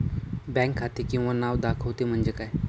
Bank खाते किंवा नाव दाखवते म्हणजे काय?